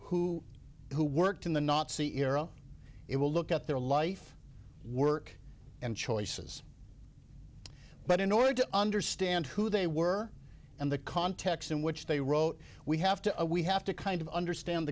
who who worked in the nazi era it will look at their life work and choices but in order to understand who they were and the context in which they wrote we have to we have to kind of understand